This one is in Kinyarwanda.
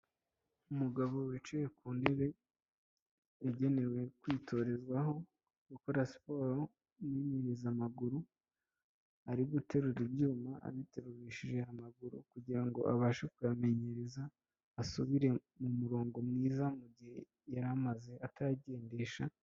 Umugabo wicaye ku ntebe yagenewe kwitorezwaho gukora siporo imenyereza amaguru ari guterura ibyuma abiteruje amaguru kugira ngo abashe kuyamenyereza asubire mu murongo mwiza mu gihe yari amaze atayagendesha.